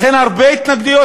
לכן יש הרבה התנגדויות.